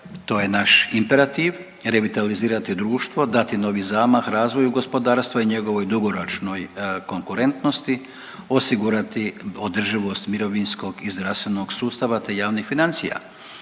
to je naš imperativ, revitalizirati društvo, dati novi zamah razvoju gospodarstva i njegovoj dugoročnoj konkurentnosti, osigurati održivost mirovinskog i zdravstvenog sustava te javnih financija.